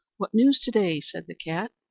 what news to-day? said the cat.